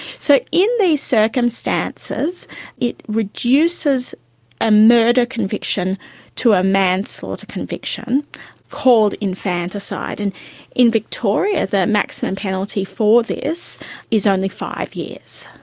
so in these circumstances it reduces a murder conviction to a manslaughter conviction called infanticide. and in victoria the maximum penalty for this is only five years.